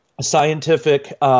scientific